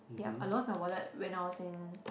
ya I lost my wallet when I was in